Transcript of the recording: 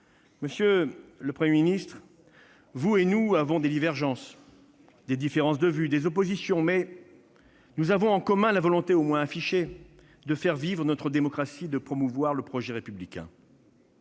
Monsieur le Premier ministre, nous avons des divergences de vues et des oppositions, mais nous avons en commun la volonté, au moins affichée, de faire vivre notre démocratie et de promouvoir le projet républicain.